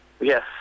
Yes